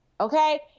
okay